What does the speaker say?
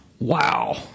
Wow